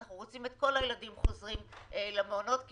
אנחנו רוצים את כל הילדים חוזרים למעונות כי